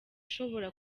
ishobora